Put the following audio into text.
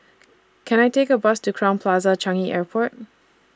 Can I Take A Bus to Crowne Plaza Changi Airport